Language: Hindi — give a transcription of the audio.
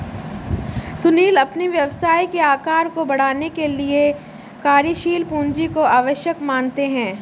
सुनील अपने व्यवसाय के आकार को बढ़ाने के लिए कार्यशील पूंजी को आवश्यक मानते हैं